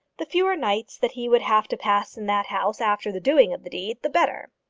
the fewer nights that he would have to pass in that house, after the doing of the deed, the better.